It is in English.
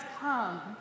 come